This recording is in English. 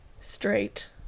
straight